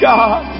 God